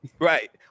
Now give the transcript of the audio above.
right